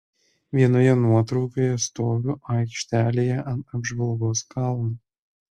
vienoje nuotraukoje stoviu aikštelėje ant apžvalgos kalno